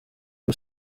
ubu